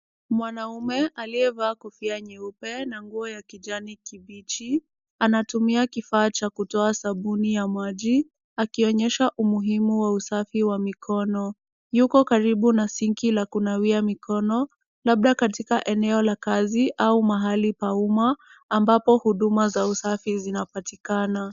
Mwanamume aliyevaa kofia nyeupe na nguo ya kijani kibichi anatumia kifaa cha kutoa sabuni ya maji akionyesha umuhimu wa usafi wa mikono. Yuko karibu na sinki la kunawia mikono, labda katika eneo la kazi au mahali pa uma ambapo huduma za usafi zinapatikana.